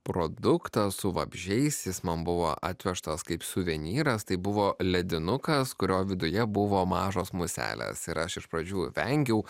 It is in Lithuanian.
produktą su vabzdžiais jis man buvo atvežtas kaip suvenyras tai buvo ledinukas kurio viduje buvo mažos muselės ir aš iš pradžių vengiau